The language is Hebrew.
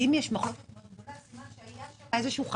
כי אם היתה מחלוקת, סימן שהיה חשש.